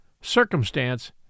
circumstance